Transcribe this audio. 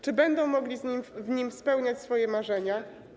Czy będą mogli w nim spełniać swoje marzenia?